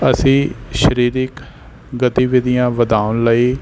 ਅਸੀਂ ਸਰੀਰਕ ਗਤੀਵਿਧੀਆਂ ਵਧਾਉਣ ਲਈ